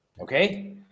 Okay